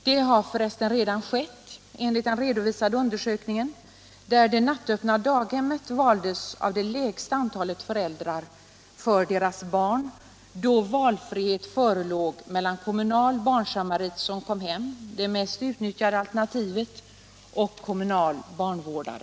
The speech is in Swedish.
Det har f. ö. enligt den redovisade undersökningen redan skett, och därvid valdes det nattöppna daghemmet av det lägsta antalet föräldrar då valfrihet förelåg mellan kommunal barnsamarit i hemmet — det mest utnyttjade alternativet — och kommunal barnvårdare.